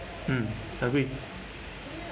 mm agree